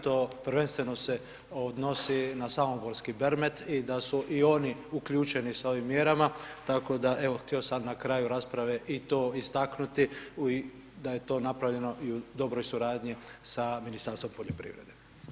To prvenstveno se odnosi na Samoborski Bermet i da su i oni uključeni sa ovim mjerama, tako da, evo, htio sam na kraju rasprave i to istaknuti da je to napravljeno i u dobroj suradnji sa Ministarstvom poljoprivrede.